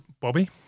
Bobby